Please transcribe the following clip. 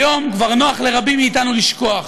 היום כבר נוח לרבים מאתנו לשכוח.